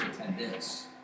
attendance